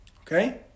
Okay